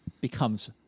becomes